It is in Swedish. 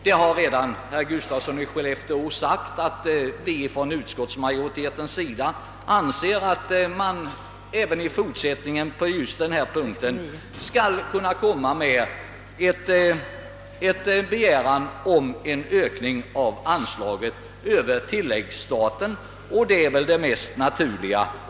Herr Gustafsson i Skellefteå har redan sagt att utskottsmajoriteten anser att man även i fortsättningen på denna punkt skall kunna lägga fram en begäran om en ökning av anslaget över tilläggsstat, om det skulle ta slut, och det är väl det mest naturliga.